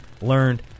learned